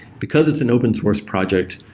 because it's an open source project,